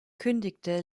kündigte